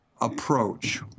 approach